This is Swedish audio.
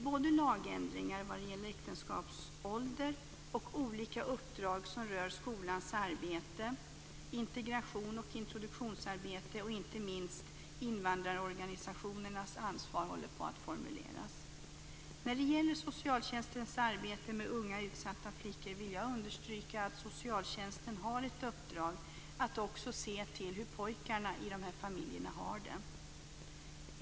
Både lagändringar vad gäller äktenskapsålder och olika uppdrag som rör skolans arbete, integrations och introduktionsarbete och, inte minst, invandrarorganisationernas ansvar håller på att formuleras. När det gäller socialtjänstens arbete med unga utsatta flickor vill jag understryka att socialtjänsten har ett uppdrag att också se till hur pojkarna i de här familjerna har det.